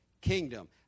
kingdom